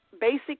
basic